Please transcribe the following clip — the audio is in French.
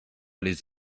les